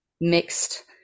mixed